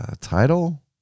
Title